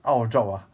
out of job ah